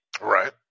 Right